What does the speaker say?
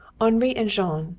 henri and jean,